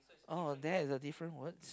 oh there is a different words